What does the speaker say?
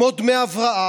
כמו דמי הבראה.